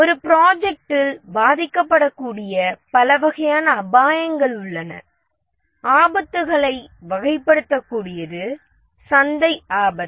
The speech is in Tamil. ஒரு ப்ராஜெக்ட்டில் பாதிக்கப்படக்கூடிய பல வகையான அபாயங்கள் உள்ளன ஆபத்துக்களை வகைப்படுத்தக்கூடியது சந்தை ஆபத்து